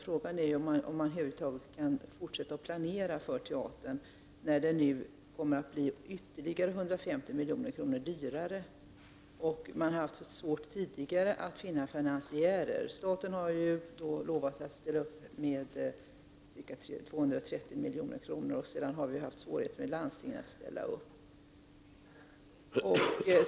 Frågan är om man över huvud taget kan fortsätta och planera för teatern, när den nu blir ytterligare 150 milj.kr. dyrare. Man har redan tidigare haft svårt att finna finansiärer. Staten har lovat att ställa upp med ca 230 milj.kr. Däremot har det varit svårigheter att få landstingen att ställa upp.